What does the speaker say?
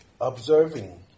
observing